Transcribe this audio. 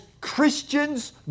Christians